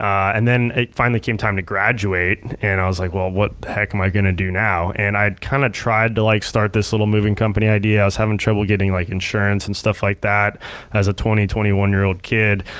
and then it finally came time to graduate and i was like, well, what the heck am i gonna do now? and i'd kinda tried to like start this little moving company idea. i was having trouble getting like insurance and stuff like that as a twenty, twenty one year old kid,